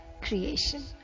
creation